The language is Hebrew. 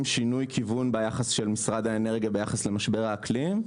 שינוי כיוון ביחס של משרד האנרגיה למשבר האקלים,